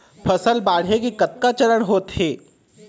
फसल बाढ़े के कतका चरण होथे?